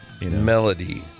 melody